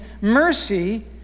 mercy